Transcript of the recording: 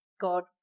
God